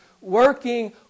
working